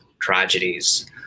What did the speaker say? tragedies